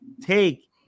take